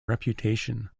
reputation